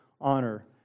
honor